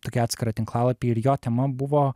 tokį atskirą tinklalapį ir jo tema buvo